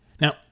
Now